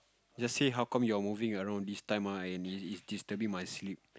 just say how come you're moving around this time ah and it is disturbing my sleep